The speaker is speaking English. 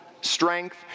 strength